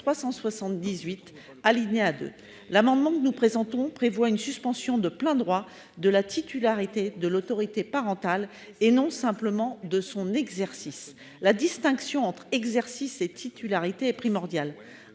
amendement vise à prévoir une suspension de plein droit de la titularité de l'autorité parentale, et non simplement de son exercice. La distinction entre exercice et titularité est primordiale.